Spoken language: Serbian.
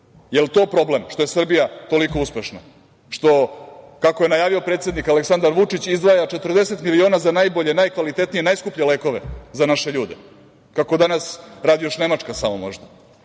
to problem, što je Srbija toliko uspešna, što, kako je najavio predsednik Aleksandar Vučić, izdvaja 40 miliona za najbolje, najkvalitetnije, najskuplje lekove za naše ljude, kako danas radi još Nemačka samo možda?